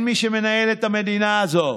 אין מי שמנהל את המדינה הזאת.